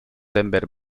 denver